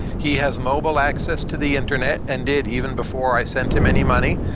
he has mobile access to the internet and did even before i sent him any money.